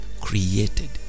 created